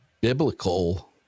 biblical